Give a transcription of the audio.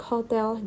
Hotel